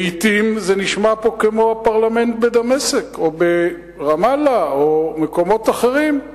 לעתים זה נשמע פה כמו הפרלמנט בדמשק או ברמאללה או במקומות אחרים.